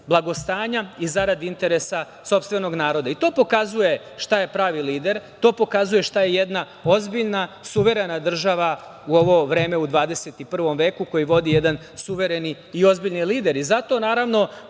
blagostanja i zarad interesa sopstvenog naroda. To pokazuje šta je pravi lider, to pokazuje šta je jedna ozbiljna suverena država u ovo vreme u 21. veku, koji vodi jedan suvereni i ozbiljni lideri. Zato, naravno,